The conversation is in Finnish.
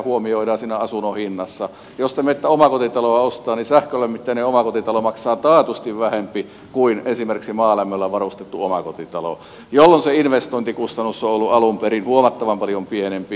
jos te menette omakotitaloa ostamaan niin sähkölämmitteinen omakotitalo maksaa taatusti vähemmän kuin esimerkiksi maalämmöllä varustettu omakotitalo jolloin se investointikustannus on ollut alun perin huomattavan paljon pienempi